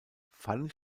fallen